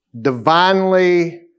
divinely